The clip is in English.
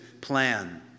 plan